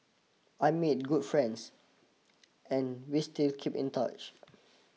I made good friends and we still keep in touch